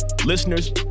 Listeners